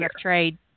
trade